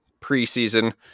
preseason